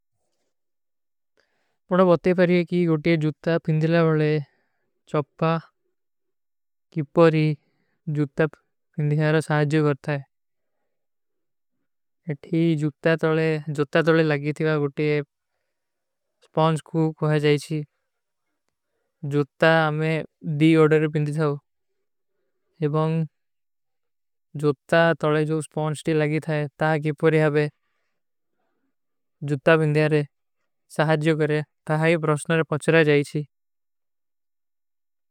ପଡା ବତେ ପରେଗେ କି ଗୋଟୀ ଜୁତ୍ତା ପିଂଦିଲା ବଲେ ଚପ୍ପା କିପୋରୀ ଜୁତ୍ତା ପିଂଦିଲାରେ ସହାଜ୍ଯୋ କରତା ହୈ। ଇଠୀ ଜୁତ୍ତା ତଲେ, ଜୁତ୍ତା ତଲେ ଲଗୀ ଥିକା ଗୋଟୀ ସ୍ପଂସ କୋ ଖୋଯ ଜାଈଚୀ। ଜୁତ୍ତା ଆମେଂ ଦୀ ଓଡର ପିଂଦିଲାଓ। ଏବଂଗ ଜୁତ୍ତା ତଲେ ଜୋ ସ୍ପଂସ ଟୀ ଲଗୀ ଥାଏ, ତାଏ କିପୋରୀ ହାବେ ଜୁତ୍ତା ପିଂଦିଲାରେ ସହାଜ୍ଯୋ କରେ, ତାଏ ହୈ ପ୍ରସ୍ଣରେ ପଚ୍ରା ଜାଈଚୀ।